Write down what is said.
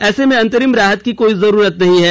ऐसे में अंतरिम राहत की कोई जरूरत नहीं है